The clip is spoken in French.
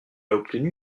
obtenu